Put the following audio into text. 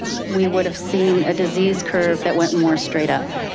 we would have seen a disease curve that went more straight up.